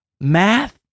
math